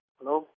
Hello